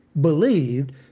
believed